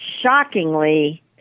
shockingly